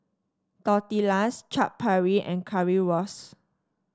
Tortillas Chaat Papri and Currywurst